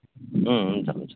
हुन्छ हुन्छ